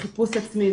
של חיפוש עצמי,